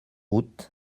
août